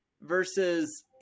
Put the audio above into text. versus